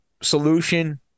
solution